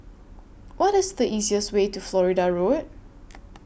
What IS The easiest Way to Florida Road